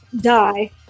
die